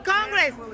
Congress